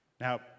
Now